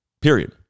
Period